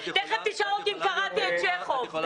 תכף תשאל אותי אם קראתי את צ'כוב.